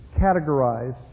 categorize